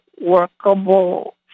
workable